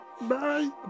Bye